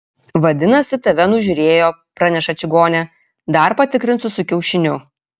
vadinasi tave nužiūrėjo praneša čigonė dar patikrinsiu su kiaušiniu